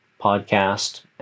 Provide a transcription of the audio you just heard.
podcast